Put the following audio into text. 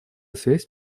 связь